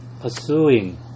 pursuing